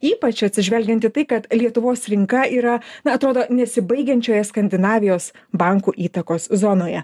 ypač atsižvelgiant į tai kad lietuvos rinka yra na atrodo nesibaigiančioje skandinavijos bankų įtakos zonoje